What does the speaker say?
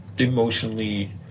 emotionally